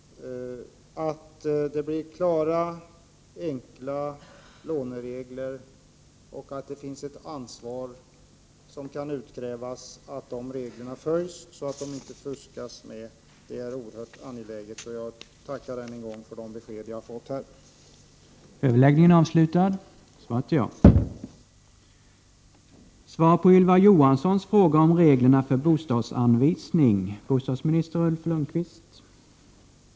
Det måste bli klara, enkla låneregler, och det måste finnas ett ansvar, som kan utkrävas, för att de reglerna följs, så att det inte fuskas. Det är oerhört angeläget. Jag tackar än en gång för de besked jag här har fått.